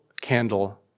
candle